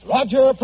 Roger